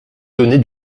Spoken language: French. donner